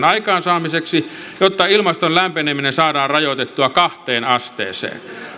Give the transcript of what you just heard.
aikaansaamiseksi jotta ilmaston lämpeneminen saadaan rajoitettua kahteen asteeseen